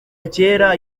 kera